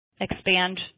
expand